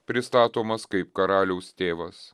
pristatomas kaip karaliaus tėvas